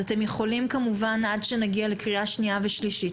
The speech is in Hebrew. אז אתם יכולים כמובן עד שנגיע לקריאה שנייה ושלישית,